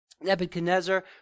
Nebuchadnezzar